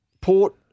Port